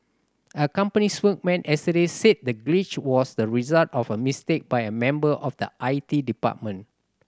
a company spokesman yesterday said the glitch was the result of a mistake by a member of the I T department